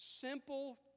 simple